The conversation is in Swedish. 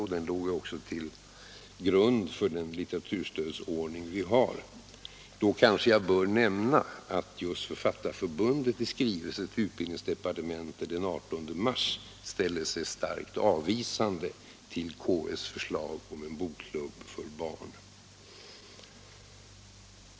Detta ligger också till grund för den litteraturstödsordning vi har, men jag kanske i det sammanhanget bör nämna att just Författarförbundet i skrivelse den 18 mars i år till utbildningsdepartementet ställer sig avvisande till KF:s förslag om en bokklubb för barn.